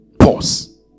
Pause